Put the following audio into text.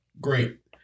great